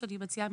אני מציעה,